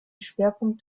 schwerpunkt